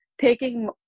taking